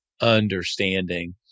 understanding